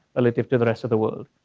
relative to the rest of the world.